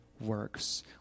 works